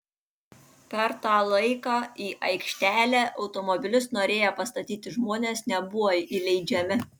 per tą laiką į aikštelę automobilius norėję pastatyti žmonės nebuvo įleidžiami